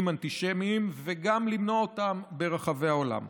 אנטישמים וגם למנוע אותם ברחבי העולם.